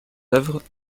œuvres